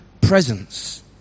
presence